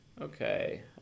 Okay